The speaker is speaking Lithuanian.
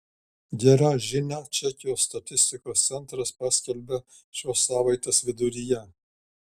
gerą žinią čekijos statistikos centras paskelbė šios savaitės viduryje